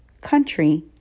country